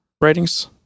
ratings